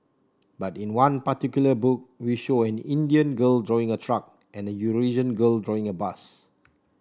but in one particular book we show an Indian girl drawing a truck and a Eurasian girl drawing a bus